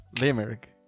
Limerick